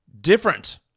different